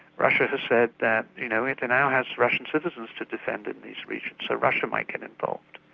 russia has said that you know it and now has russian citizens to defend in these regions, so russia might get involved.